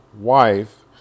wife